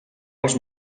els